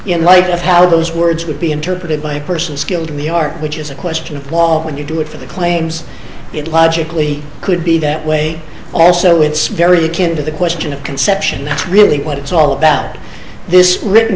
in light of how those words would be interpreted by a person skilled in the art which is a question of law when you do it for the claims it logically could be that way also it's very akin to the question of conception that's really what it's all that this written